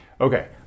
Okay